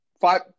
five